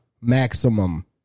Maximum